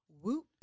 Whoop